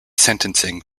sentencing